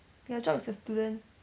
your job is a student